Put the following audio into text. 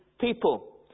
people